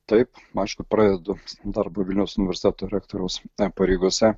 taip aišku pradedu darbą vilniaus universiteto rektoriaus pareigose